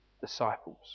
disciples